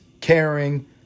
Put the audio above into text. caring